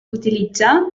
utilitzar